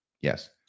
Yes